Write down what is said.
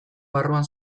barruan